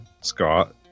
Scott